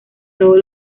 todos